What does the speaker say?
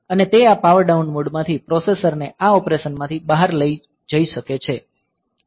અને તે આ પાવર ડાઉન મોડમાંથી પ્રોસેસર ને આ ઓપરેશનમાંથી બહાર લઈ શકે છે